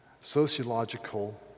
sociological